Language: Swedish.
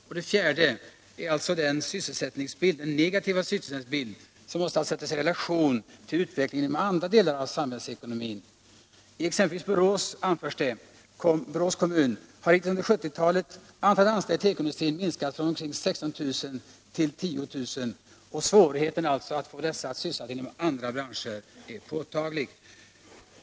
För det fjärde måste denna negativa sysselsättningsbild sättas i relation till utvecklingen inom andra delar av samhällsekonomin. I exempelvis Borås kommun har hittills under 1970-talet antalet anställda i tekoindustrin minskat från omkring 16 000 till omkring 10 000. Svårigheten att bereda sysselsättning inom andra branscher är påtaglig.